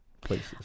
places